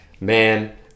man